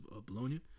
Bologna